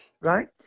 Right